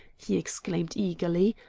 he exclaimed eagerly,